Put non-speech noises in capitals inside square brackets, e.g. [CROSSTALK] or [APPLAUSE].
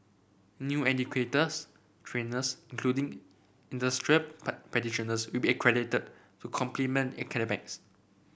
new educators trainers including industry [UNINTELLIGIBLE] practitioners will be accredited to complement academics